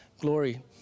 glory